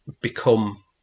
become